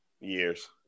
Years